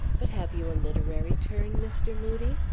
but have you a literary turn, mr. moodie?